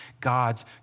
God's